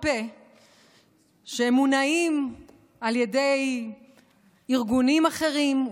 פה שהם מונעים על ידי ארגונים אחרים,